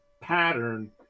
pattern